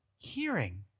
hearing